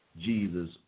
Jesus